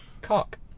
cock